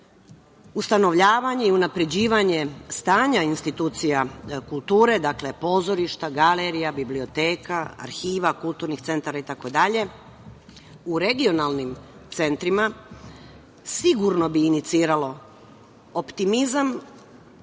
funkciju. Ustanovljavanje i unapređivanje stanja institucija kulture, dakle, pozorišta, galerija, biblioteka, arhiva, kulturnih centara itd, u regionalnim centrima sigurno bi iniciralo optimizam